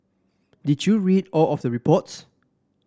did you read all of the reports